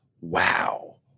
Wow